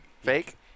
Fake